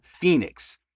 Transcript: Phoenix